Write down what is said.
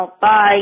Bye